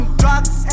drugs